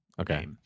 okay